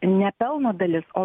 ne pelno dalis o